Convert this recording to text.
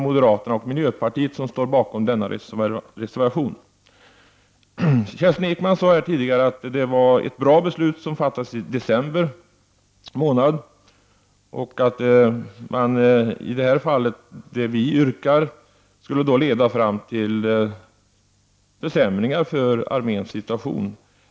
Kerstin Ekman sade tidigare att riksdagen fattade ett bra beslut i december förra året och att vårt förslag, om det antas, kommer att leda till försämringar av arméns situation.